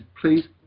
please